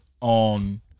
on